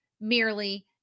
merely